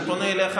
אני פונה אליך,